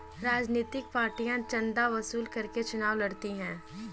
राजनीतिक पार्टियां चंदा वसूल करके चुनाव लड़ती हैं